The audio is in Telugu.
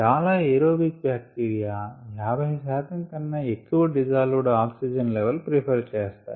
చాలా ఏరోబిక్ బ్యాక్తీరియా 50 శాతం కన్నా ఎక్కువ dissolved oxygen level prefer చేస్తాయి